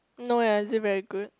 no ya is it very good